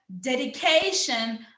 dedication